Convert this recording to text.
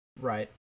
Right